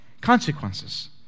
consequences